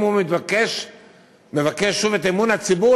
אם הוא מבקש שוב את אמון הציבור,